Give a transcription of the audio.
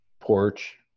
porch